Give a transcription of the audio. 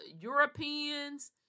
Europeans